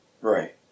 Right